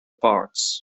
parts